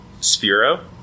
Sphero